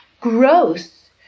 gross